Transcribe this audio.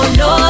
no